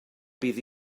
bydd